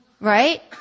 Right